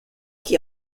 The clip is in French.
qui